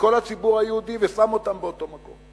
כל הציבור היהודי ושם אותם באותו מקום.